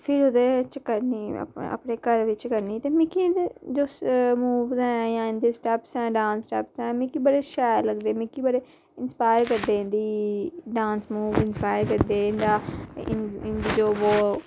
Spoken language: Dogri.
इंदे डांस मूव बड़े इंसपायर करदे इंदा पास्ट ऐ इंदा प्रैजंट ऐ जेह्ड़ा मिगी बड़ा इंसपायर करदे ओह् मिगी एह् बतांदा